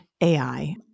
AI